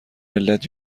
علت